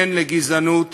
כן, לגזענות,